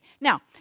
Now